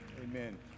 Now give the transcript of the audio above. Amen